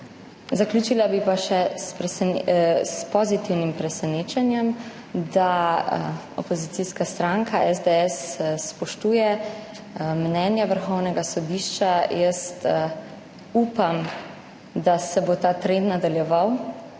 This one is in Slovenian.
Zaključila bi pa še s pozitivnim presenečenjem, da opozicijska stranka SDS spoštuje mnenje Vrhovnega sodišča. Upam, da se bo ta trend nadaljeval,